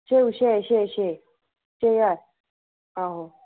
छे छे छे छे छे ज्हार आहो